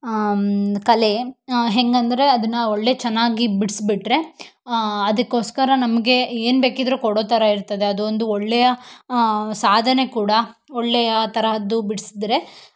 ಕಲೆ ಹೆಂಗಂದರೆ ಅದನ್ನು ಒಳ್ಳೆ ಚೆನ್ನಾಗಿ ಬಿಡಿಸ್ಬಿಟ್ರೆ ಅದಕ್ಕೋಸ್ಕರ ನಮಗೆ ಏನು ಬೇಕಿದ್ದರೂ ಕೊಡೊ ಥರ ಇರ್ತದೆ ಅದೊಂದು ಒಳ್ಳೆಯ ಸಾಧನೆ ಕೂಡ ಒಳ್ಳೆಯ ತರಹದ್ದು ಬಿಡಿಸಿದ್ರೆ